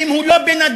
ואם הוא לא בן-אדם,